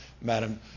madam